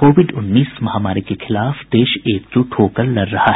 Covid उन्नीस महामारी के खिलाफ देश एकजुट होकर लड़ रहा है